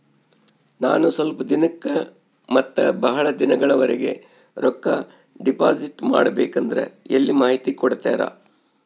ನಾನು ಸ್ವಲ್ಪ ದಿನಕ್ಕ ಮತ್ತ ಬಹಳ ದಿನಗಳವರೆಗೆ ರೊಕ್ಕ ಡಿಪಾಸಿಟ್ ಮಾಡಬೇಕಂದ್ರ ಎಲ್ಲಿ ಮಾಹಿತಿ ಕೊಡ್ತೇರಾ?